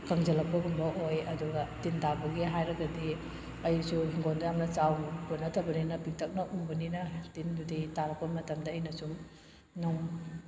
ꯀꯪꯖꯜꯂꯛꯄꯒꯨꯝꯕ ꯑꯣꯏ ꯑꯗꯨꯒ ꯇꯤꯟ ꯇꯥꯕꯒꯤ ꯍꯥꯏꯔꯒꯗꯤ ꯑꯩꯁꯨ ꯍꯤꯡꯒꯣꯜꯗꯣ ꯌꯥꯝꯅ ꯆꯥꯎꯕ ꯅꯠꯇꯕꯅꯤꯅ ꯄꯤꯛꯇꯛꯅ ꯎꯕꯅꯤꯅ ꯇꯤꯟꯗꯨꯗꯤ ꯇꯥꯔꯛꯄ ꯃꯇꯝꯗ ꯑꯩꯅ ꯁꯨꯝ ꯅꯣꯝ